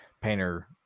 Painter